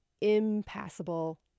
impassable